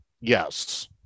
yes